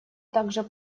также